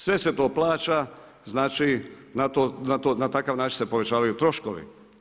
Sve se to plaća, znači na takav način se povećavaju troškovi.